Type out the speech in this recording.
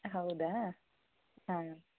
ಹೌದಾ ಹಾಂ